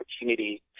opportunity